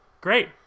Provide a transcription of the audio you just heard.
Great